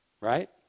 Right